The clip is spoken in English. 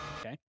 Okay